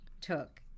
took